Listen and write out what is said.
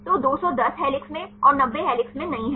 तो 210 हेलिक्स में और 90 हेलिक्स में नहीं हैं